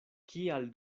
kial